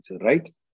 right